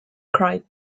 cried